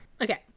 okay